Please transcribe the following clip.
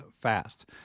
fast